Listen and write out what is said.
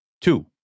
Two